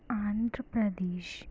Andhra Pradesh